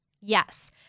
Yes